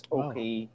okay